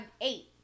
Eight